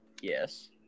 Yes